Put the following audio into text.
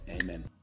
amen